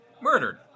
murdered